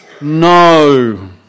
no